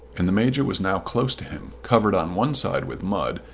and the major was now close to him, covered on one side with mud,